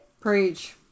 Preach